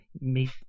meet